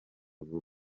vuba